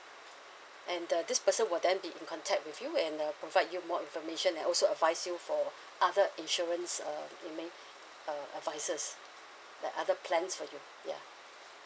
and the this person will then be in contact with you and uh provide you more information and also advise you for other insurance uh you mean uh advises like other plan for you ya